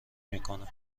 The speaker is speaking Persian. میکنه